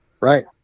Right